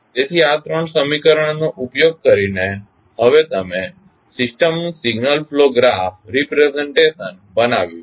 તેથી આ 3 સમીકરણોનો ઉપયોગ કરીને તમે હવે સિસ્ટમનું સિગ્નલ ફ્લો ગ્રાફ પ્રેઝન્ટેશન બનાવ્યું છે